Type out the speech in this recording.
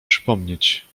przypomnieć